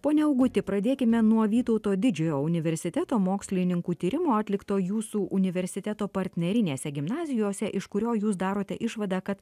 pone auguti pradėkime nuo vytauto didžiojo universiteto mokslininkų tyrimo atlikto jūsų universiteto partnerinėse gimnazijose iš kurio jūs darote išvadą kad